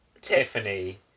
Tiffany